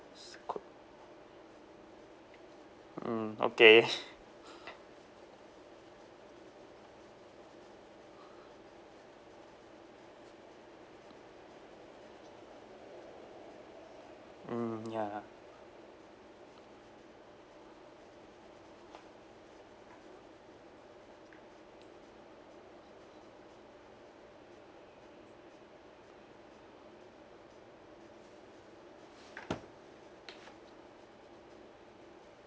s~ co~ mm okay mm ya